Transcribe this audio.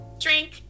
drink